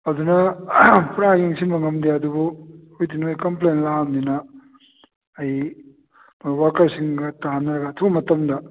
ꯑꯗꯨꯅ ꯄꯨꯔꯥ ꯌꯦꯡꯁꯤꯟꯕ ꯉꯝꯗꯦ ꯑꯗꯨꯕꯨ ꯍꯧꯖꯤꯛꯇꯤ ꯅꯣꯏ ꯀꯝꯄ꯭ꯂꯦꯟ ꯂꯥꯛꯑꯕꯅꯤꯅ ꯑꯩ ꯋꯥꯀꯔꯁꯤꯡꯒ ꯇꯥꯟꯅꯔꯒ ꯑꯊꯨꯕ ꯃꯇꯝꯗ